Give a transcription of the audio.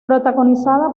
protagonizada